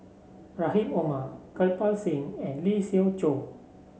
Rahim Omar Kirpal Singh and Lee Siew Choh